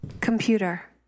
Computer